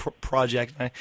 project